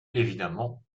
évidemment